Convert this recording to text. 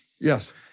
Yes